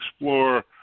explore